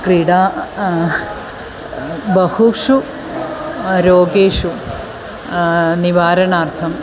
क्रीडा बहुषु रोगेषु निवारणार्थम्